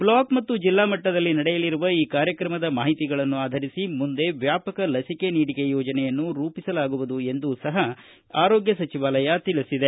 block ಮತ್ತು ಜಲ್ಲಾ ಮಟ್ವದಲ್ಲಿ ನಡೆಯಲಿರುವ ಈ ಕಾರ್ಯಕ್ರಮದ ಮಾಹಿತಿಗಳನ್ನು ಆಧರಿಸಿ ಮುಂದೆ ವ್ಯಾಪಕ ಲಸಿಕೆ ನೀಡಿಕೆ ಯೋಜನೆಯನ್ನು ರೂಪಿಸಲಾಗುವುದು ಎಂದೂ ಸಹ ಕೇಂದ್ರ ಆರೋಗ್ಯ ಸಚಿವಾಲಯ ತಿಳಿಸಿದೆ